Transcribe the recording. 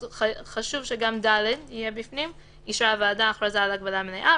חשוב שגם (ד) יהיה בפנים - אישרה הוועדה הכרזה על הגבלה מלאה,